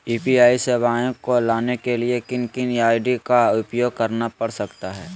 UPI सेवाएं को लाने के लिए किन किन आई.डी का उपयोग करना पड़ सकता है?